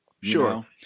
sure